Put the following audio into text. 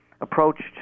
approached